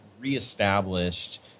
reestablished